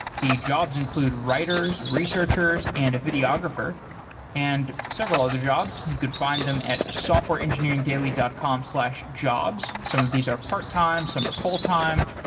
the jobs include writers, researchers and a videographer and several other jobs. you could find them at softwareengineeringdaily dot com slash jobs. some of these are part-time, some are fulltime.